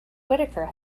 whittaker